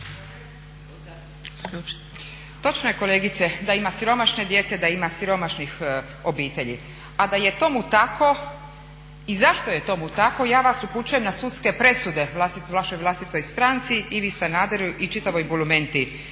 Točno je kolegice da ima siromašne djece, da ima siromašnih obitelji, a da je tomu tako i zašto je tomu tako ja vas upućujem na sudske presude vašoj vlastitoj stranci Ivi Sanaderu i čitavoj bulumenti